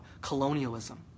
colonialism